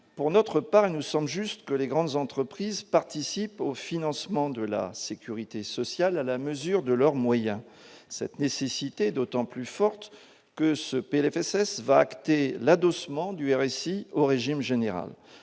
pour notre part nous sommes juste que les grandes entreprises participent au financement de la Sécurité sociale à la mesure de leurs moyens, cette nécessité d'autant plus forte que ce PLFSS va acter l'adossement du RSI au régime général,